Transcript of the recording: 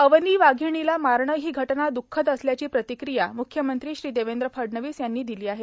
अवनी वाधिणीला मारणं ही घटना दुःखद असल्याची प्रतिक्रिया मुख्यमंत्री श्री देवेंद्र फडणवीस यांनी दिली आहे